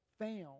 found